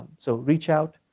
so reach out.